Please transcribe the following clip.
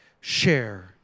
share